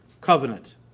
Covenant